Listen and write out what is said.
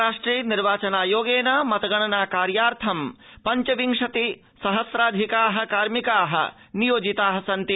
महाराष्ट्रे निर्वाचनायोगेन मतगणना कार्याथं पञ्चविंशति सहम्रधिका कार्मिका नियोजिता सन्ति